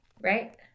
Right